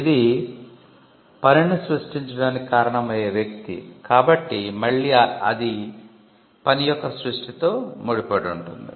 ఇది పనిని సృష్టించడానికి కారణమయ్యే వ్యక్తి కాబట్టి మళ్ళీ అది పని యొక్క సృష్టితో ముడిపడి ఉంటుంది